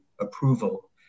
approval